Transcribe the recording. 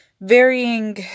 varying